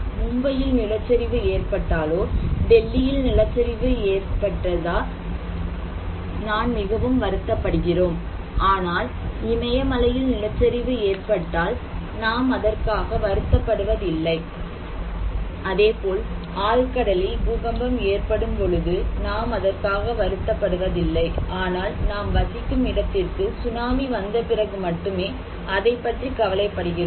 மும்பையில் நிலச்சரிவு ஏற்பட்டாலோ டெல்லியில் நிலச்சரிவு ஏற்பட்டது நான் மிகவும் வருத்தப்படுகிறோம் ஆனால் இமயமலையில் நிலச்சரிவு ஏற்பட்டால் நாம் அதற்காக வருத்தப் படுவதில்லை அதேபோல் ஆழ் கடலில் பூகம்பம் ஏற்படும் பொழுது நாம் அதற்காக வருத்தப் படுவதில்லை ஆனால் நாம் வசிக்கும் இடத்திற்கு சுனாமி வந்த பிறகு மட்டுமே அதைப்பற்றி கவலைப்படுகிறோம்